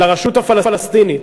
לרשות הפלסטינית,